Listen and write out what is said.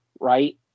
right